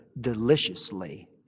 deliciously